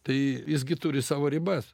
tai jis gi turi savo ribas